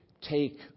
take